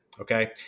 Okay